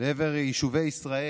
לעבר יישובי ישראל